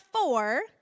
four